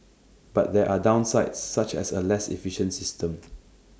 but there are downsides such as A less efficient system